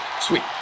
Sweet